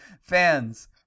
fans